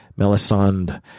Melisandre